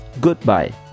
goodbye